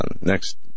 next